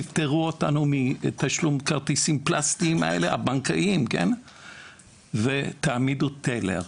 תפטרו אותנו מתשלום כרטיסים פלסטיים בנקאיים ותעמידו טלר.